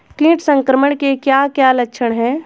कीट संक्रमण के क्या क्या लक्षण हैं?